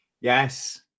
Yes